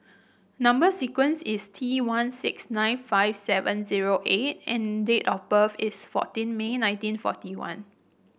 number sequence is T one six nine five seven zero eight and date of birth is fourteen May nineteen forty one